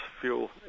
fuel